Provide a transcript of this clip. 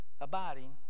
abiding